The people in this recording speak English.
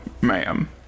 ma'am